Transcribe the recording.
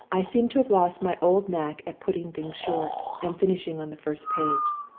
i seem to have lost my old knack at putting things short, and finishing on the first page.